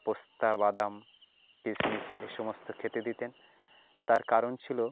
পেস্তা বাদাম কিশমিশ এ সমস্ত খেতে দিতেন তার কারণ ছিল